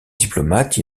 diplomate